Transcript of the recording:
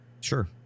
Sure